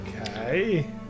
Okay